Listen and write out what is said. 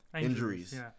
injuries